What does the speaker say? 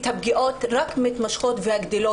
את הפגיעות שמתמשכות וגדלות,